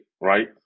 right